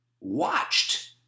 watched